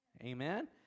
Amen